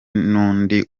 n’undi